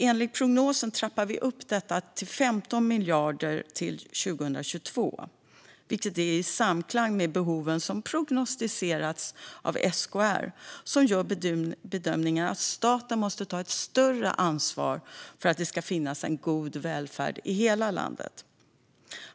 Enligt prognosen trappar vi upp detta till 15 miljarder till 2022, vilket är i samklang med behoven som prognostiseras av SKR, som gör bedömningen att staten måste ta ett större ansvar för att det ska finnas en god välfärd i hela landet.